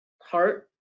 heart